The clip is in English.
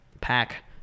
pack